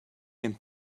and